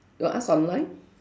you ask online